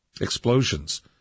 explosions